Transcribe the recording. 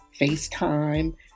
FaceTime